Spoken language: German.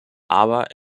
aber